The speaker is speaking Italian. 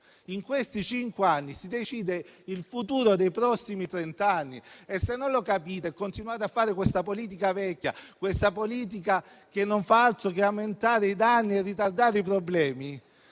In questi cinque anni si decide il futuro dei prossimi trenta. E, se non lo capite e continuate con questa politica vecchia, che non fa altro che aumentare i danni e ritardare la